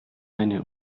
eine